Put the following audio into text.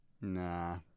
nah